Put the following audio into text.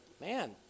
man